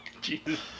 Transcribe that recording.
Jesus